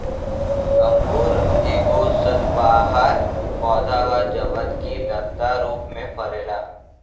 अंगूर एगो सदाबहार पौधा ह जवन की लता रूप में फरेला